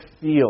feel